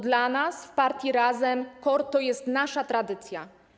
Dla nas w partii Razem KOR to nasza tradycja.